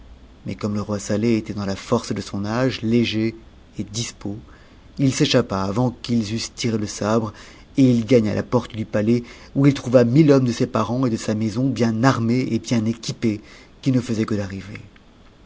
était dans force de son âge léger et dispos il s'échappa avant qu'ils eussent tiré le sabre et il gagna la porte du palais où il trouva mille hommes de ses parents et de sa maison bien armés et bien équipés qui ne faisaient que d'arriver